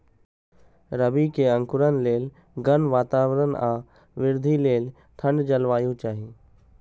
रबी के अंकुरण लेल गर्म वातावरण आ वृद्धि लेल ठंढ जलवायु चाही